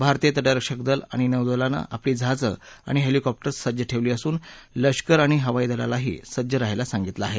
भारतीय तटरक्षक दल आणि नौदलानं आपली जहाजं आणि हेलिकॉप्टर्स सज्ज ठेवली असून लष्कर आणि हवाईदलालाही सज्ज राहायला सांगितलं आहे